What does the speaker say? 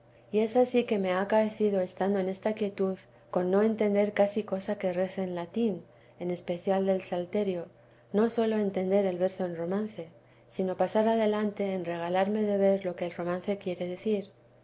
y es ansí que me ha acaecido estando en esta quietud con no entender casi cosa que rece en latín en especial del salterio no sólo entender el verso en romance sino pasar adelante en regalarme de ver lo que el romance quiere decir